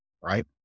right